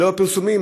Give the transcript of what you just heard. ללא הפרסומים,